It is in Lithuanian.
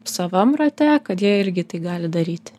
savam rate kad jie irgi tai gali daryti